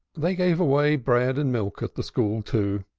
they gave away bread and milk at the school, too,